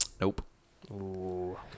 Nope